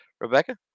Rebecca